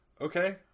okay